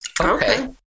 Okay